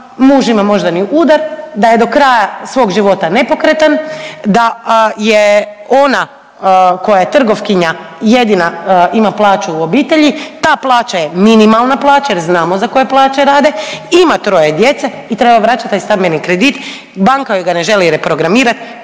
muž ima moždani udar, da je do kraja svog života nepokretan, da je ona koja je trgovkinja jedina ima plaću u obitelji. Ta plaća je minimalna plaća, jer znamo za koje rade, ima troje djece i treba vraćati taj stambeni kredit. Banka joj ga ne želi reprogramirati.